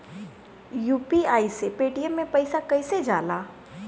UPI से Paytm मे पैसा कइसे जाला?